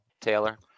Taylor